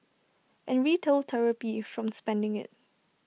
and retail therapy from spending IT